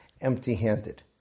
empty-handed